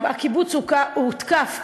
הקיבוץ הותקף,